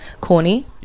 corny